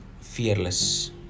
fearless